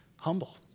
Humble